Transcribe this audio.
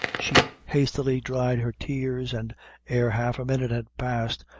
she hastily dried her tears, and ere half a minute had passed,